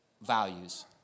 values